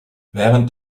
während